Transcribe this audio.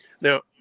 Now